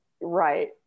right